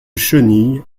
chenille